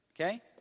okay